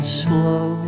slow